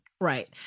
Right